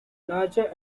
larger